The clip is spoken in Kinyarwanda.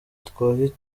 itwaye